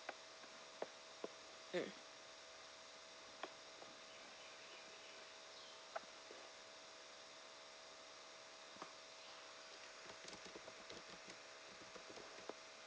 mm